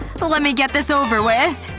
but lemme get this over with.